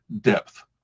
depth